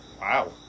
Wow